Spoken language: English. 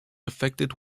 affected